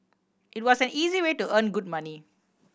it was an easy way to earn good money